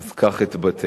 אז כך אתבטא.